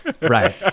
Right